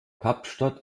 kapstadt